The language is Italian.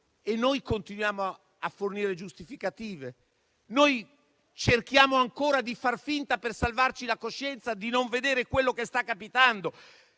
noi continuiamo a fornire giustificativi? Cerchiamo ancora di far finta, per salvarci la coscienza, di non vedere quello che sta capitando?